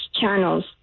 channels